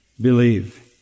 believe